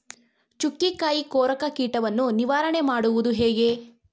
ಚುಕ್ಕಿಕಾಯಿ ಕೊರಕ ಕೀಟವನ್ನು ನಿವಾರಣೆ ಮಾಡುವುದು ಹೇಗೆ?